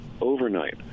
overnight